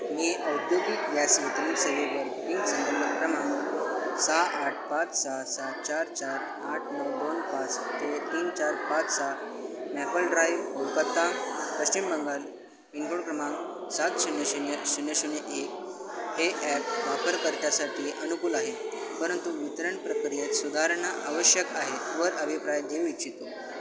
मी औद्योगिक व्यास वितरण सेवेवर बुकिंग क्रमांक सहा आठ पाच सहा सात चार चार आठ नऊ दोन पाच ते तीन चार पाच सहा Maple Drive Kolkata Paschim Bengal pin code क्रमांक सात शून्य शून्य शून्य शून्य एक हे ॲप वापरकर्त्यासाठी अनुकूल आहे परंतु वितरण प्रक्रियेत सुधारणा आवश्यक आहे वर अभिप्राय देऊ इच्छितो